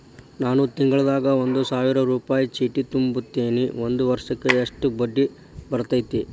ನಾನು ತಿಂಗಳಾ ಒಂದು ಸಾವಿರ ರೂಪಾಯಿ ಚೇಟಿ ತುಂಬತೇನಿ ಒಂದ್ ವರ್ಷಕ್ ಎಷ್ಟ ಬಡ್ಡಿ ಬರತೈತಿ?